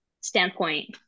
standpoint